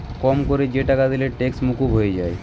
কম কোরে যে টাকা দিলে ট্যাক্স মুকুব হয়ে যায়